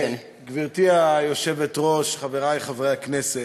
גברתי היושבת-ראש, חברי חברי הכנסת,